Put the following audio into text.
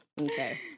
Okay